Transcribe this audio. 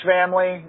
Family